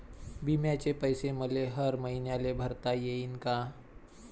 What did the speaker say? बिम्याचे पैसे मले हर मईन्याले भरता येईन का?